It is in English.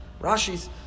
Rashi's